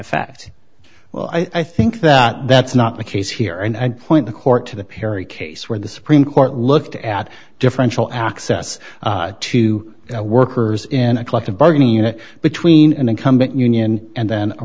fact well i think that that's not the case here and i'd point the court to the perry case where the supreme court looked at differential access to workers in a collective bargaining unit between an incumbent union and then a